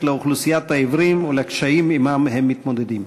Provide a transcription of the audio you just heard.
לאוכלוסיית העיוורים ולקשיים שעמם הם מתמודדים.